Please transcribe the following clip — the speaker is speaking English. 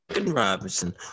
Robinson